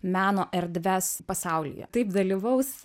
meno erdves pasaulyje taip dalyvaus